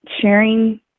sharing